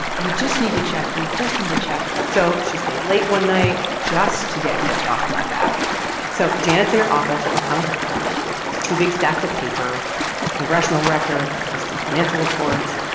you just need to check. we just need to check so she stayed late one night just to get mitch off my back so janet's in her office at mcconnell headquarters with these two big stacks of paper the congressional record and huddleston's financial reports.